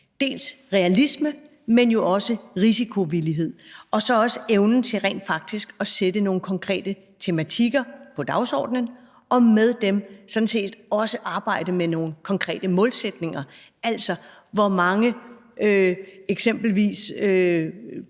her realisme, men jo også en risikovillighed og også evnen til rent faktisk at sætte nogle konkrete tematikker på dagsordenen og med dem sådan set også arbejde med nogle konkrete målsætninger – altså eksempelvis